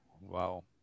Wow